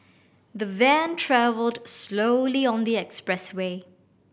the van travelled slowly on the expressway